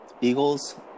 Eagles